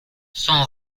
son